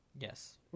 Yes